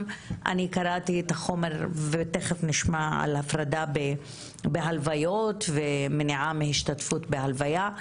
קראתי את החומר ותיכף נשמע על הפרדה בהלוויות ומניעה מהשתתפות בהלוויה,